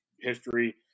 history